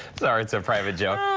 sorry, it's a private joke.